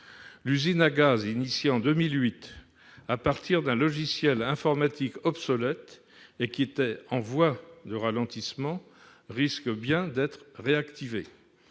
L'usine à gaz initiée en 2008 à partir d'un logiciel obsolète, et qui était en voie de ralentissement, risque bien d'être réactivée.